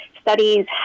studies